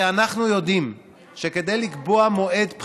הרי אנחנו יודעים שכדי לקבוע מועד בחירות,